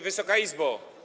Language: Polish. Wysoka Izbo!